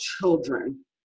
children